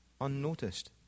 unnoticed